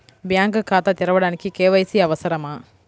Bank ఖాతా తెరవడానికి KYC అవసరమా?